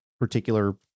particular